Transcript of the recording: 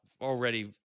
already